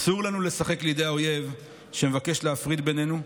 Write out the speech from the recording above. אסור לנו לשחק לידי האויב שמבקש להפריד בינינו.